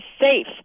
safe